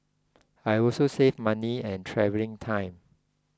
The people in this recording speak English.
I also save money and travelling time